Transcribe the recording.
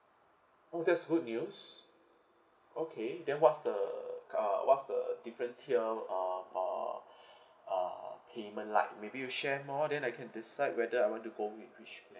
oh that's good news okay then what's the uh what's the different tier of uh uh payment like maybe you share more then I can decide whether I want to go with which plan